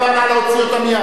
נא להוציא אותה מייד.